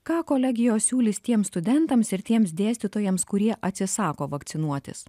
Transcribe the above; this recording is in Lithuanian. ką kolegijos siūlys tiems studentams ir tiems dėstytojams kurie atsisako vakcinuotis